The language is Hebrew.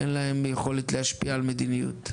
אין להם יכולת להשפיע על מדיניות.